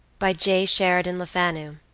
by j. sheridan lefanu